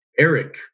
Eric